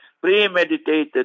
Premeditated